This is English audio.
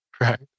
Right